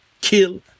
kill